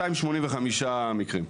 285 מקרים.